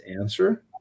answer